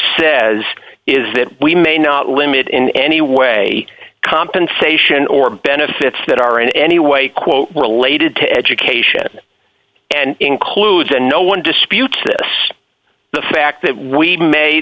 says is that we may not limit in any way compensation or benefits that are in any way quote related to education and includes and no one disputes this the fact that we ma